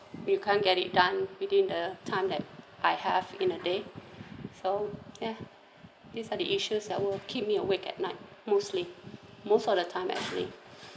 you can't get it done within the time that I have in a day so yeah these are the issues that will keep me awake at night mostly most of the time actually